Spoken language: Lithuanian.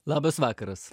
labas vakaras